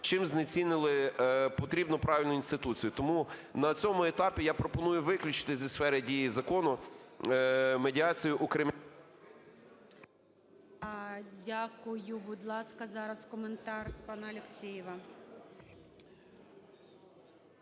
чим знецінили потрібну і правильну інституцію. Тому на цьому етапі я пропоную виключити зі сфери дії закону медіацію… ГОЛОВУЮЧИЙ. Дякую. Будь ласка, зараз коментар пана Алексєєва.